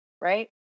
Right